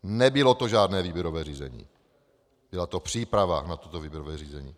Nebylo to žádné výběrové řízení, byla to příprava na toto výběrové řízení.